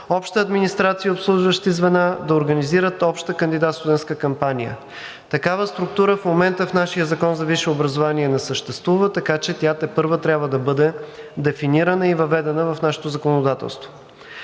обща администрация и обслужващи звена, да организират обща кандидатстудентска кампания. Такава структура в момента в нашия закон за висше образование не съществува, така че тя тепърва трябва да бъде дефинирана и въведена в нашето законодателство.